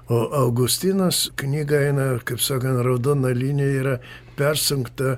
o augustinas knygą eina kaip sakan raudona linija yra persunkta